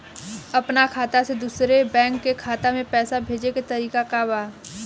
अपना खाता से दूसरा बैंक के खाता में पैसा भेजे के तरीका का बा?